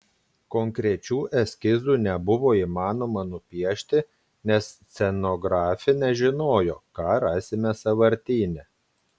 konkrečių eskizų nebuvo įmanoma nupiešti nes scenografė nežinojo ką rasime sąvartyne